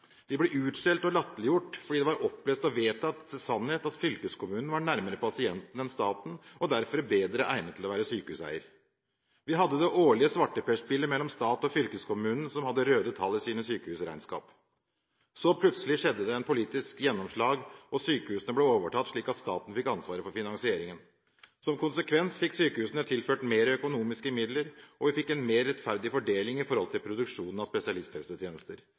Vi ble utskjelt og latterliggjort fordi det var en opplest og vedtatt sannhet at fylkeskommunen var nærmere pasienten enn staten, og derfor bedre egnet til å være sykehuseier. Vi hadde det årlige svarteperspillet mellom stat og fylkeskommune, som hadde røde tall i sine sykehusregnskap. Så plutselig skjedde det et politisk gjennomslag, og sykehusene ble overtatt av staten, slik at staten fikk ansvaret for finansieringen. Som konsekvens fikk sykehusene tilført mer økonomiske midler, og vi fikk en mer rettferdig fordeling i forhold til produksjonen av spesialisthelsetjenester.